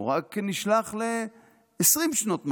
הוא רק נשלח ל-20 שנות מאסר,